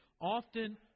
often